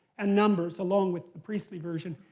and numbers, along with the priestly version.